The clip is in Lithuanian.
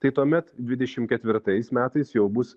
tai tuomet dvidešim ketvirtais metais jau bus